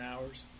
hours